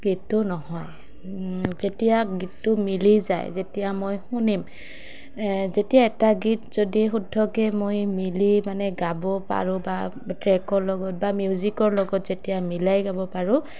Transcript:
গীতটো নহয় যেতিয়া গীতটো মিলি যায় যেতিয়া মই শুনিম যেতিয়া এটা গীত যদি শুদ্ধকৈ মই মিলি মানে গাব পাৰোঁ বা ট্ৰেকৰ লগত বা মিউজিকৰ লগত যেতিয়া মিলাই গাব পাৰোঁ